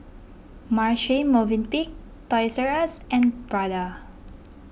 Marche Movenpick Toys R U S and Prada